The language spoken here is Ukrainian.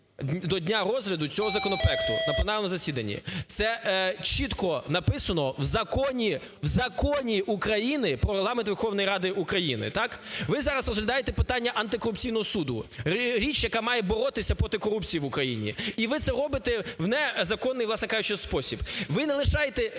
до дня розгляду цього законопроекту на пленарному засіданні". Це чітко написано в Законі, в Законі України "Про Регламент Верховної Ради України", так. Ви зараз розглядаєте питання антикорупційного суду, річ, яка має боротися проти корупції в Україні. І ви це робите в незаконний, власне кажучи, спосіб.